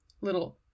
little